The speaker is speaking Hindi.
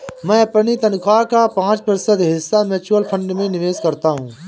मैं अपनी तनख्वाह का पाँच प्रतिशत हिस्सा म्यूचुअल फंड में निवेश करता हूँ